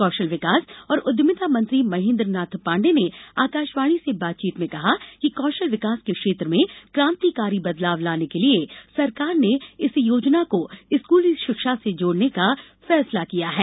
कौशल विकास और उद्यमिता मंत्री महेन्द्र नाथ पाण्डेय ने आकाशवाणी से बातचीत में कहा कि कौशल विकास के क्षेत्र में क्रांतिकारी बदलाव लाने के लिए सरकार ने इस योजना को स्कूली शिक्षा से जोड़ने का फैसला किया है